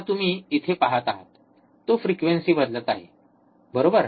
आता तुम्ही इथे पाहत आहात तो फ्रिक्वेंसी बदलत आहे बरोबर